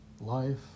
life